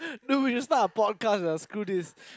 no it's not a podcast ah screw this